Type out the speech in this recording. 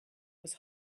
was